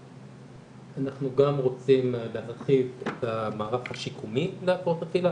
אנחנו גם רוצים להרחיב את המערך השיקומי להפרעות אכילה,